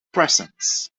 presence